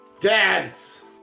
Dance